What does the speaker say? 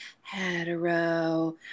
hetero